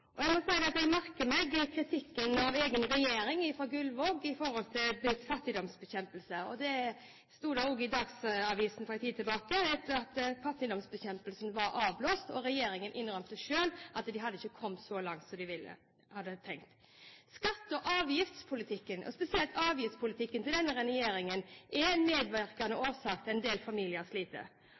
Jeg må si at jeg merker meg kritikken av egen regjering fra Gullvåg når det gjelder fattigdomsbekjempelse. I Dagsavisen for en tid tilbake, etter at fattigdomsbekjempelsen var avblåst, innrømte regjeringen selv at man hadde ikke kommet så langt som man hadde tenkt. Skatte- og avgiftspolitikken, spesielt avgiftspolitikken til denne regjeringen, er en medvirkende årsak til at en del familier sliter.